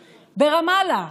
ברמאללה.